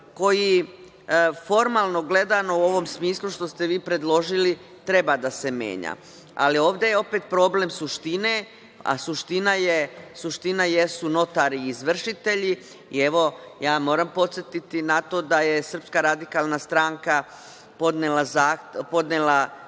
koji formalno gledano u ovom smislu, što ste vi predložili, treba da se menja. Ali ovde je opet problem suštine, a suština jesu notari i izvršitelji i moram podsetiti na to da je SRS podnela nov Predlog zakona